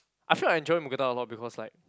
I feel I enjoy Mookata a lot because like